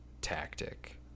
tactic